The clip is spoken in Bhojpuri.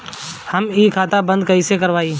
हम इ खाता बंद कइसे करवाई?